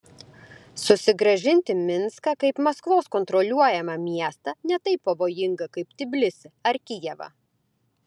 susigrąžinti minską kaip maskvos kontroliuojamą miestą ne taip pavojinga kaip tbilisį ar kijevą